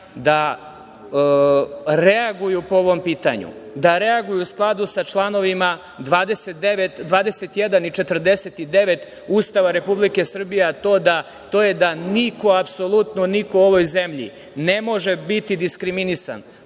da reaguju po ovom pitanju, da reaguju u skladu sa članovima 21. i 49. Ustava Republike Srbije, a to je da niko, apsolutno niko u ovoj zemlji ne može biti diskriminisan